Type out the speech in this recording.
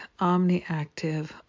omniactive